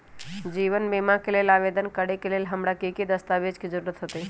जीवन बीमा के लेल आवेदन करे लेल हमरा की की दस्तावेज के जरूरत होतई?